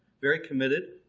very committed,